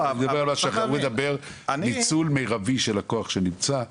אבל הוא מדבר על ניצול מירבי של הכוח שנמצא של הדבר הזה.